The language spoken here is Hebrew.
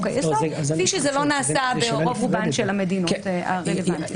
היסוד כפי שזה לא נעשה ברוב רובן של המדינות הרלוונטיות.